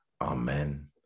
amen